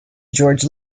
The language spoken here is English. george